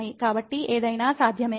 కాబట్టి ఏదైనా సాధ్యమే